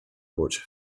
voce